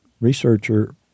researcher